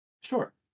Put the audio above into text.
Sure